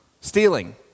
Stealing